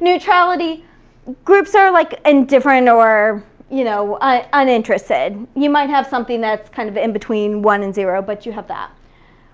neutrality groups are like indifferent or you know ah uninterested. you might have something that's kind of in between one and zero, but you have.